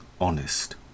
honest